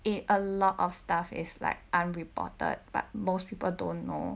it's a lot of stuff is like unreported but most people don't know